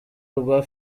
rwa